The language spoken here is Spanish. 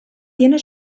tiene